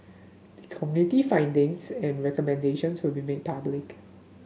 the Committee findings and recommendations will be made public